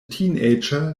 teenager